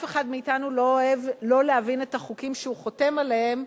אף אחד מאתנו לא אוהב לא להבין את החוקים שהוא חותם עליהם,